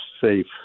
safe